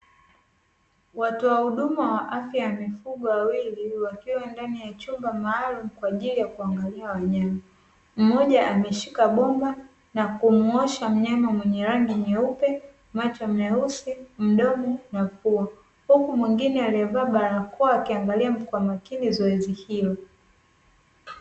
Watoa huduma wwa afya ya mifugo wawili wakiwa ndani ya chumba maalumu kwa ajili ya kuangalia wanyama. Mmoja ameshika bomba na kumuosha mnyama mmoja mwenye rangi nyeupe macho meusi, mdomo na pua, huku mwingine aliyevaa barakoa akiangalia kwa makini zoezi hilo.